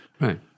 Right